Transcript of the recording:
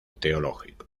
teológico